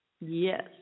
Yes